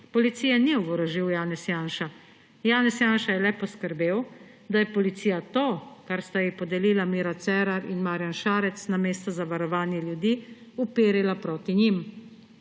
Policije ni oborožil Janez Janša. Janez Janša je le poskrbel, da je policija to, kar sta ji podelila Miro Cerar in Marjan Šarec, namesto za varovanje ljudi uperila proti njim.